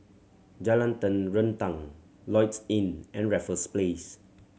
Jalan Terentang Lloyds Inn and Raffles Place